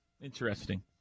Interesting